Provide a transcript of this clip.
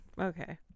okay